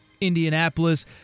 Indianapolis